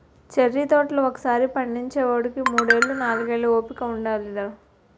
cherry తోటలు ఒకసారి పండించేవోడికి మూడేళ్ళు, నాలుగేళ్ళు ఓపిక ఉండాలిరా